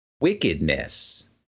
wickedness